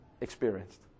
experienced